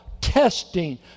testing